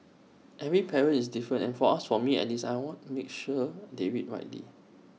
every parent is different and for us for me at least I want to make sure they read widely